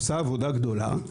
עושה עבודה גדולה,